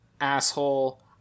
Asshole